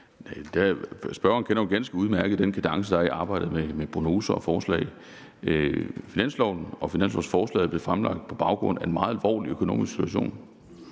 Spørgeren kender jo ganske udmærket den kadence, der er i arbejdet med prognoser og forslag. Finansloven, finanslovforslaget blev fremsat på baggrund af en meget alvorlig økonomisk situation,